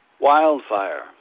Wildfire